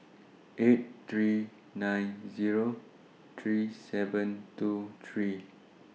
eight three nine Zero three seven two three